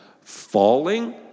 falling